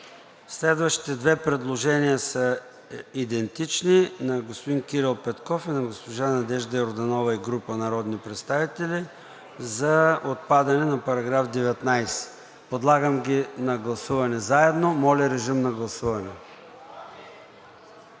Следващите две предложения са идентични – на господин Кирил Петков и на госпожа Надежда Йорданова и група народни представители, за отпадане на § 19. Подлагам ги на гласуване заедно. Гласували